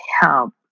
help